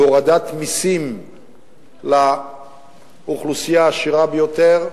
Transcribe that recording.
והורדת מסים לאוכלוסייה העשירה ביותר,